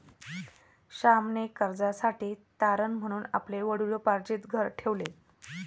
श्यामने कर्जासाठी तारण म्हणून आपले वडिलोपार्जित घर ठेवले